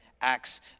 Acts